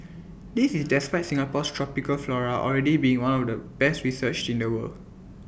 this is despite Singapore's tropical flora already being one of the best researched in the world